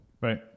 Right